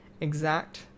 exact